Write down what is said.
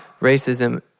racism